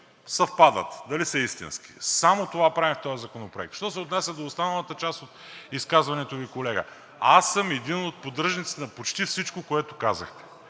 съвпадат и дали са истински. Само това правим в този законопроект. Що се отнася до останалата част от изказването Ви, колега, аз съм един от поддръжниците на почти всичко, което казахте.